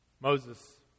Moses